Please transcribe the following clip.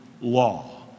law